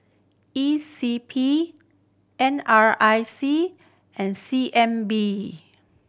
E C P N R I C and C N B